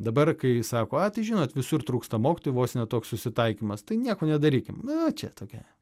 dabar kai sako a tai žinot visur trūksta mokytojų vos ne toks susitaikymas tai nieko nedarykim nu čia tokia